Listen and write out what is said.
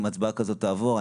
אם הצבעה כזאת תעבור,